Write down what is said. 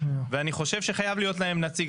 ואני חושב שחייב להיות להם נציג,